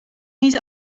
niet